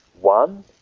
One